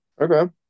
Okay